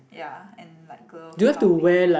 ya and like glove long pan